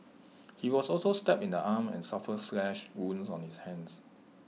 he was also stabbed in the arm and suffered slash wounds on his hands